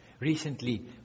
Recently